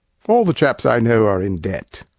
all the chaps i know are in debt.